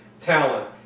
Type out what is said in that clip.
talent